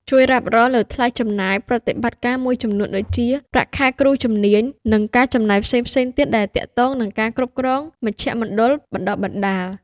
ជួយរ៉ាប់រងលើថ្លៃចំណាយប្រតិបត្តិការមួយចំនួនដូចជា ប្រាក់ខែគ្រូជំនាញ និងការចំណាយផ្សេងៗទៀតដែលទាក់ទងនឹងការគ្រប់គ្រងមជ្ឈមណ្ឌលបណ្តុះបណ្តាល។